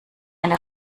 eine